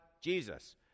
Jesus